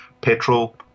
petrol